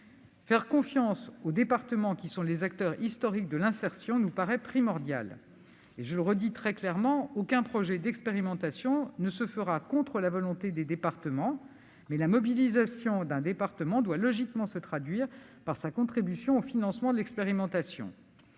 Faire confiance aux départements, qui sont les acteurs historiques de l'insertion, nous paraît primordial. Je le redis très clairement : aucun projet d'expérimentation ne se fera contre la volonté des départements. Mais la mobilisation d'un département doit logiquement se traduire par sa contribution au financement de l'expérimentation.